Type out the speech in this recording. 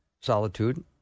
solitude